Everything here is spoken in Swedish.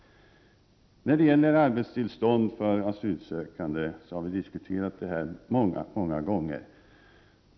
När det gäller frågan om arbetstillstånd för asylsökande så har den diskuterats många gånger.